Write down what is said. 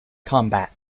combat